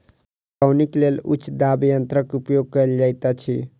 पटौनीक लेल उच्च दाब यंत्रक उपयोग कयल जाइत अछि